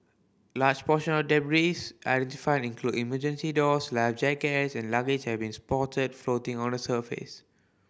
large portions of debris identified include emergency doors life jackets and luggage have been spotted floating on the surface